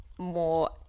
more